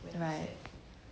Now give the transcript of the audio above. right